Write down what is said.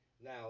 Now